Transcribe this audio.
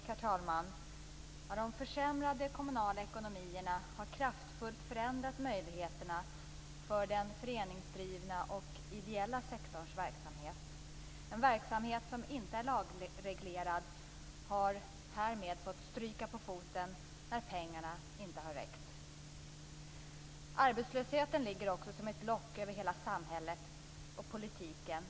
Herr talman! De försämrade kommunala ekonomierna har kraftfullt förändrat möjligheterna för den föreningsdrivna och ideella sektorns verksamhet. En verksamhet som inte är lagreglerad har härmed fått stryka på foten när pengarna inte har räckt. Arbetslösheten ligger också som ett lock över samhället och politiken.